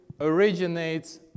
originates